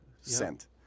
sent